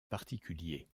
particuliers